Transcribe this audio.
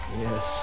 Yes